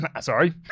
Sorry